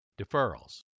deferrals